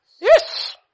yes